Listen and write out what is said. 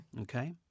Okay